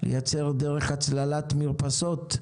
לייצר דרך הצללת מרפסות,